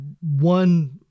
one